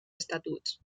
estatuts